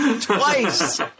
Twice